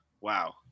wow